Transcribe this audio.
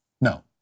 No